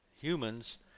humans